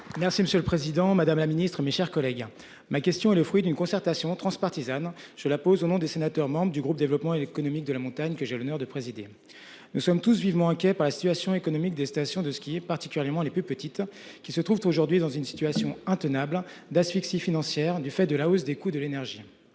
Merci, monsieur le Président Madame la Ministre, mes chers collègues, ma question est le fruit d'une concertation transpartisane. Je la pose au nom des sénateurs membres du groupe développement économique de la montagne que j'ai l'honneur de présider. Nous sommes tous vivement inquiet par la situation économique des stations de ski et particulièrement les plus petites qui se trouve aujourd'hui dans une situation intenable d'asphyxie financière du fait de la hausse des coûts de l'énergie.